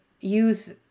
use